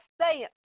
say